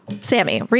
Sammy